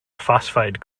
phosphide